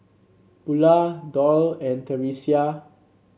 Bula Doyle and Theresia